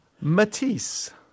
Matisse